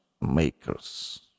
makers